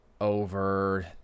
over